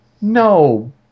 No